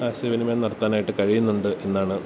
ആശയവിനിമയം നടത്താനായിട്ട് കഴിയുന്നുണ്ട് എന്നാണ്